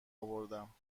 اوردم